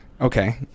Okay